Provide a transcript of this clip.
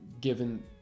given